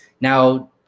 Now